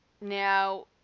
Now